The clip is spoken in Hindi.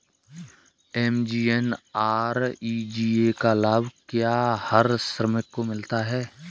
एम.जी.एन.आर.ई.जी.ए का लाभ क्या हर श्रमिक को मिलता है?